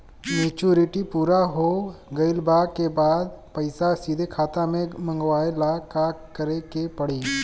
Maturity पूरा हो गइला के बाद पईसा सीधे खाता में मँगवाए ला का करे के पड़ी?